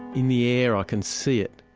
in the air i can see it,